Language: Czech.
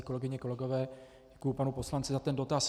Kolegyně a kolegové, děkuji panu poslanci za ten dotaz.